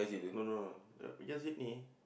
no no no just need ni